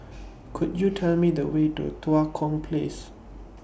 Could YOU Tell Me The Way to Tua Kong Place